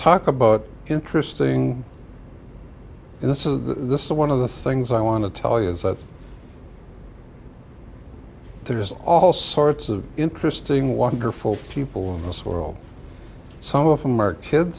talk about interesting and this is the one of the things i want to tell you is that there is all sorts of interesting wonderful people in this world some of them are kids